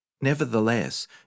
Nevertheless